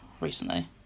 recently